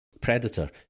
Predator